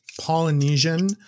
Polynesian